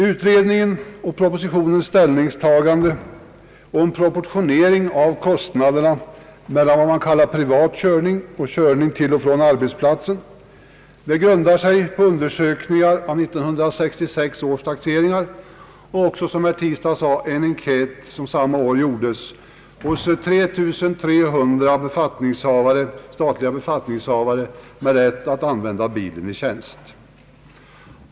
Utredningen och regeringens ställningstagande i propositionen om proportionering av kostnaderna mellan vad man kallar privat körning och körning till och från arbetsplatsen grundas på undersökningar av 1966 års taxeringar liksom också — som herr Tistad nämnde — på en enkät som gjordes samma år med 3 300 befattningshavare i statlig tjänst med rätt att använda bil i tjänsten.